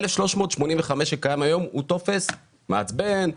ה-1385 שקיים היום הוא טופס מעצבן,